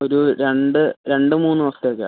ഒര് രണ്ട് രണ്ട് മൂന്ന് ദിവസത്തേക്കാണ്